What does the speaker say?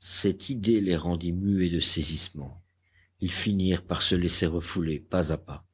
cette idée les rendit muets de saisissement ils finirent par se laisser refouler pas à pas